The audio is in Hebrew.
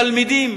תלמידים,